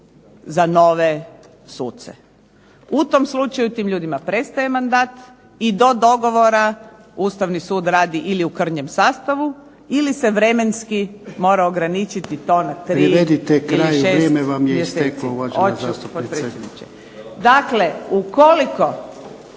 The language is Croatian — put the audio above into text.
za nove suce. U tom slučaju tim ljudima prestaje mandat i do dogovora Ustavni sud radi ili u krnjem sastavu ili se vremenski mora ograničiti to na 3 ili 6 mjeseci. **Jarnjak,